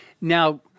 Now